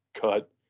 cut